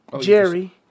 Jerry